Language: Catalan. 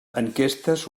enquestes